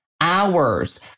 hours